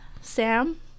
Sam